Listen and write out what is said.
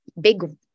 big